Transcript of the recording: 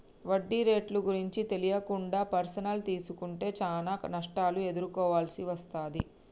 వడ్డీ రేట్లు గురించి తెలియకుండా పర్సనల్ తీసుకుంటే చానా నష్టాలను ఎదుర్కోవాల్సి వస్తది